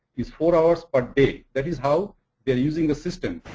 it's four hours per day. that is how they are using the system